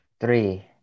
Three